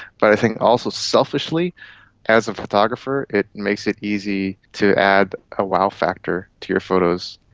but i think also selfishly as a photographer it makes it easy to add a wow factor to your photos.